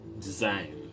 design